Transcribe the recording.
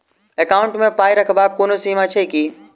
Account मे पाई रखबाक कोनो सीमा छैक की?